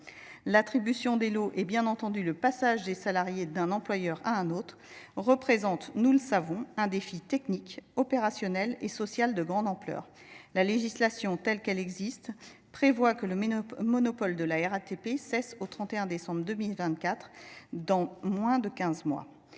L’attribution des lots et, bien entendu, le passage des salariés d’un employeur à un autre représentent, nous le savons, un défi technique, opérationnel et social de grande ampleur. La législation actuelle prévoit que le monopole de la RATP cesse le 31 décembre 2024, dans moins de quinze mois.